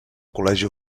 col·legi